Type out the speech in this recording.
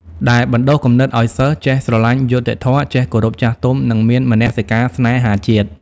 ដែលបណ្ដុះគំនិតឱ្យសិស្សចេះស្រលាញ់យុត្តិធម៌ ចេះគោរពចាស់ទុំ និងមានមនសិការស្នេហាជាតិ។